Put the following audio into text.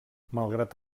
malgrat